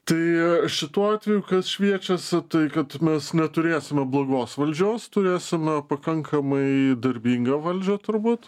tai šituo atveju kas šviečiasi tai kad mes neturėsime blogos valdžios turėsime pakankamai darbingą valdžią turbūt